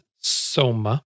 Soma